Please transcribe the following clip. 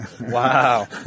Wow